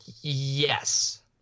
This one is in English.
yes